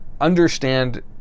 understand